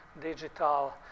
digital